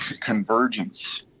convergence